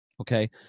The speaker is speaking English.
Okay